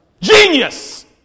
Genius